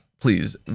please